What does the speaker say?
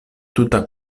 tuta